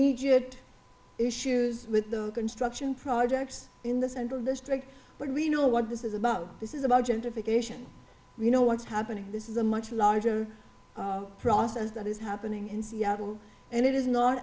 immediate issues with the construction projects in the central district but we know what this is about this is about gentrification you know what's happening this is a much larger process that is happening in seattle and it is not a